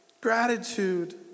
Gratitude